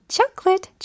Chocolate